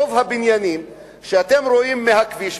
רוב הבניינים שאתם רואים מהכביש,